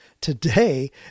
Today